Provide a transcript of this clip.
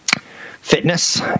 Fitness